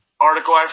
article